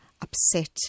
upset